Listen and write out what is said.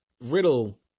Riddle